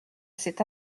cet